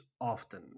often